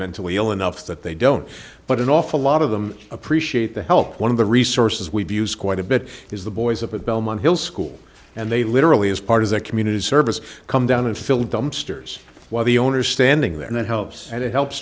mentally ill enough that they don't but an awful lot of them appreciate the help one of the resources we've used quite a bit is the boys up at belmont hill school and they literally as part of their community service come down and fill dumpsters while the owner standing there that helps and it helps